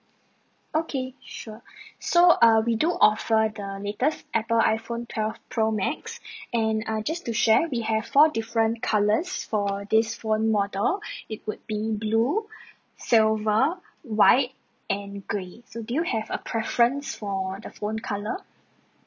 okay sure so uh we do offer the latest apple iphone twelve pro max and err just to share we have four different colours for this phone model it would be blue silver white and grey so do you have a preference for the phone colour